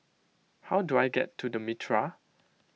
how do I get to the Mitraa